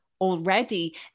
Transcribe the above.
already